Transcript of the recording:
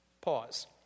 Pause